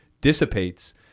dissipates